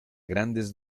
grandes